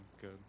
good